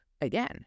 again